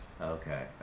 Okay